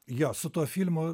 jo su tuo filmu